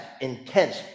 intense